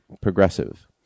progressive